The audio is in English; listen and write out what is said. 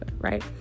right